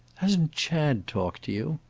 hasn't chad talked to you?